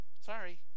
sorry